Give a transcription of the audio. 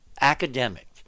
academic